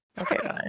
Okay